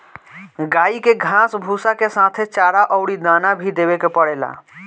गाई के घास भूसा के साथे चारा अउरी दाना भी देवे के पड़ेला